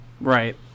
Right